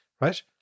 Right